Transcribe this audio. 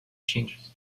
changes